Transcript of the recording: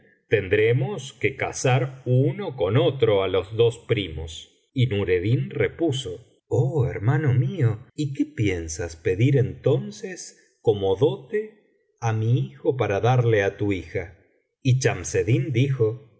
tendremos que cáar uno con otro á los dos primos y nureddin repuso oh hermano mío y qué piensas pedir entonces como dote á mi hijo para darle á tu hija y chamseddin dijo pediré á